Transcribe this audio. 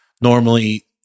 Normally